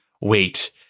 wait